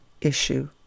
issue